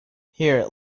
here